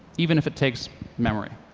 even if it takes memory.